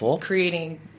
creating